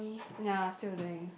ya still doing